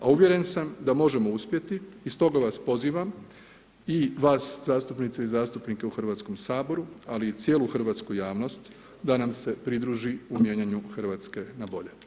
A uvjeren sam da možemo uspjeti, stoga vas pozivam i vas zastupnice i zastupnike u Hrvatskom saboru, ali i cijelu hrvatsku javnost da nam se pridruži u mijenjanju Hrvatske na bolje.